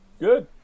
Good